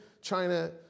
China